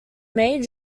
made